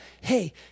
Hey